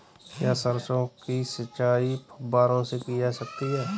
क्या सरसों की सिंचाई फुब्बारों से की जा सकती है?